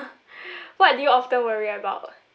what do you often worry about